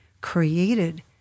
created